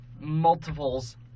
multiples